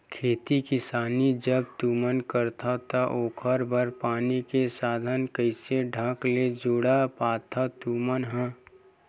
खेती किसानी जब तुमन करथव त ओखर बर पानी के साधन कइसे ढंग ले जुटा पाथो तुमन ह?